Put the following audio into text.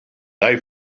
they